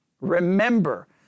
Remember